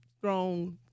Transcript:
thrown